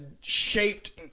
shaped